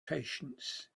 patience